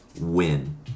win